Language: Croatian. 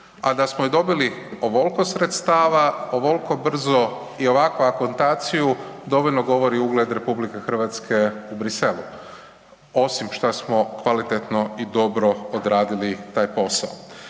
a da smo ju dobili ovolko sredstava, ovolko brzo i ovakvu akontaciju dovoljno govori ugled RH u Briselu, osim šta smo kvalitetno i dobro odradili taj posao.